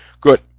Good